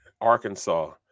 Arkansas